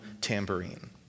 tambourine